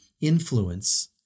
influence